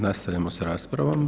Nastavljamo s raspravom.